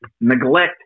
neglect